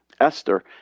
Esther